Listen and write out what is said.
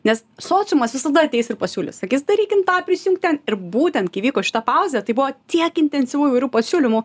nes sociumas visada ateis ir pasiūlys sakys darykim tą prisijung ir būtent kai vyko šita pauzė tai buvo tiek intensyvių įvairių pasiūlymų